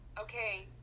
okay